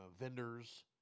vendors